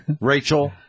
Rachel